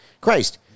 Christ